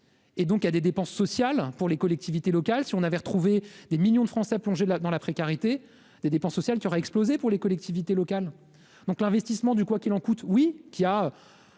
et donc il y a des dépenses sociales pour les collectivités locales, si on avait retrouvé des millions de Français plonger là dans la précarité, des dépenses sociales qui aurait explosé pour les collectivités locales, donc l'investissement du quoi qu'il en coûte oui qui a